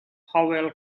howell